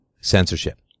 censorship